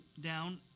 down